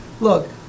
Look